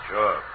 Sure